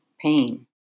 pain